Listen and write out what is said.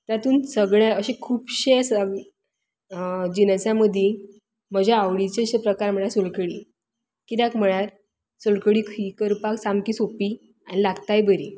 तातूंत सगळें अशें खुबशे सग जिनसां मदीं म्हजे आवडीचे अशे प्रकार म्हणल्यार सोलकडी कित्याक म्हणल्यार सोलकडी ही करपाक सामकी सोंपी आनी लागताय बरी